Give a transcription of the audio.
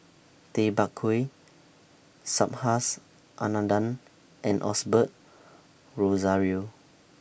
Tay Bak Koi Subhas Anandan and Osbert Rozario